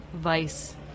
vice